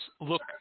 look